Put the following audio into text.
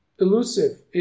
elusive